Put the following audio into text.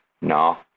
no